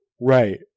Right